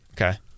Okay